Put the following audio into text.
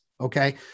Okay